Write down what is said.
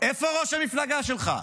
איפה ראש המפלגה שלך?